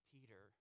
Peter